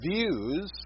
Views